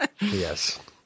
yes